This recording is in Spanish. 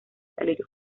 salir